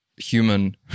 human